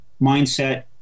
mindset